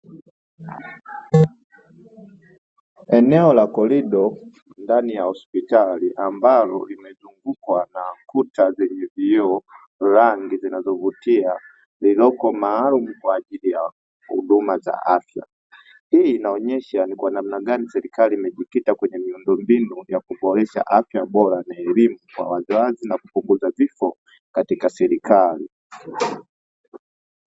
Eneo la korido ndani ya hospitali ambalo limezungukwa na kuta zenye vioo rangi zinazovutia lililoko maalumu kwa ajili ya huduma za afya. Hii inaonesha ni kwa namna gani serikali imejikita kwenye miundo mbinu ya kuboresha afya bora, na elimu kwa wazazi na kupunguza vifo katika serikali.